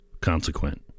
consequent